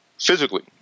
physically